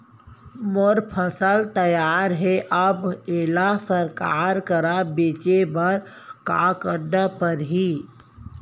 मोर फसल तैयार हे अब येला सरकार करा बेचे बर का करना पड़ही?